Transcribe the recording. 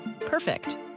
Perfect